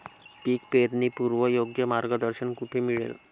पीक पेरणीपूर्व योग्य मार्गदर्शन कुठे मिळेल?